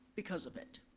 because of it.